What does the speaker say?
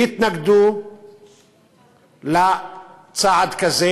ויתנגדו לצעד כזה.